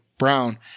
Brown